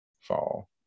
fall